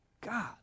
God